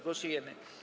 Głosujemy.